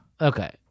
Okay